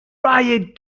riot